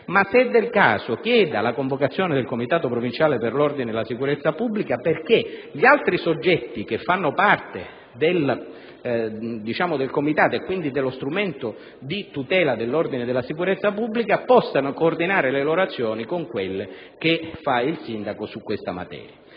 ma, se del caso, chieda la convocazione del Comitato provinciale per l'ordine e la sicurezza pubblica, affinché gli altri soggetti che fanno parte del Comitato, e quindi dello strumento di tutela dell'ordine e della sicurezza pubblica, possano coordinare le loro azioni con quelle del sindaco. Su questo punto,